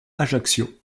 ajaccio